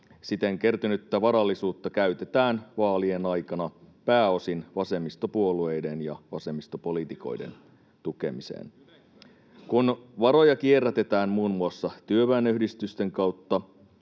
Siten kertynyttä varallisuutta käytetään vaalien aikana pääosin vasemmistopuolueiden ja vasemmistopoliitikoiden tukemiseen. Kun varoja kierrätetään muun muassa työväenyhdistysten kautta,